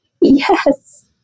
yes